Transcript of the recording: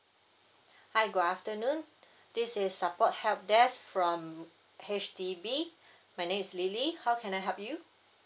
hi good afternoon this is support help desk from H_D_B my name is lily how can I help you